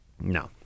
No